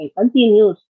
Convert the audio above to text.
continues